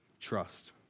trust